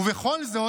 ובכל זאת,